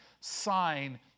sign